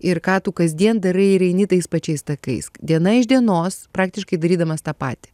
ir ką tu kasdien darai ir eini tais pačiais takais diena iš dienos praktiškai darydamas tą patį